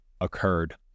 occurred